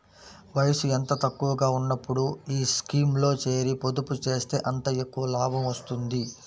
వయసు ఎంత తక్కువగా ఉన్నప్పుడు ఈ స్కీమ్లో చేరి, పొదుపు చేస్తే అంత ఎక్కువ లాభం వస్తుంది